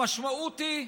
המשמעות היא: